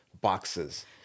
boxes